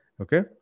Okay